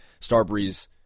Starbreeze